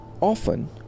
Often